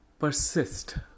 Persist